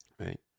right